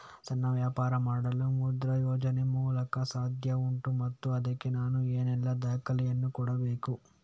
ಸಣ್ಣ ವ್ಯಾಪಾರ ಮಾಡಲು ಮುದ್ರಾ ಯೋಜನೆ ಮೂಲಕ ಸಾಧ್ಯ ಉಂಟಾ ಮತ್ತು ಅದಕ್ಕೆ ನಾನು ಏನೆಲ್ಲ ದಾಖಲೆ ಯನ್ನು ಕೊಡಬೇಕು?